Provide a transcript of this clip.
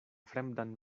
fremdan